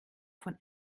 von